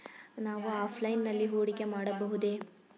ನಾವು ಆಫ್ಲೈನ್ ನಲ್ಲಿ ಹೂಡಿಕೆ ಮಾಡಬಹುದೇ?